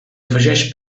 afegeix